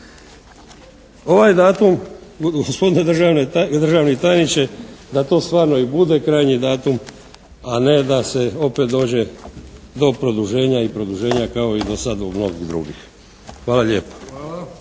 Ovaj datum gospodine državni tajniče, da to stvarno i bude, krajnji datum, a ne da se opet dođe do produženja i produženja kao i do sada mnogih drugih. Hvala lijepo.